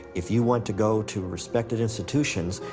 if you want to go to respected institutions,